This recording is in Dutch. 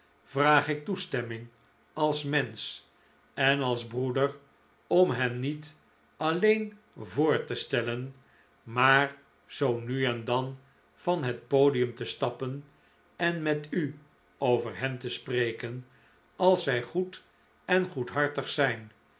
vraag ik toestemming als mensch en als broeder om hen niet alleen voor te stellen maar zoo nu en dan van het podium te stappen en met u over hen te spreken als zij goed en goedhartig zijn